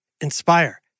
inspire